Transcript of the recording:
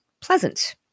pleasant